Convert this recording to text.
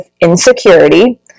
insecurity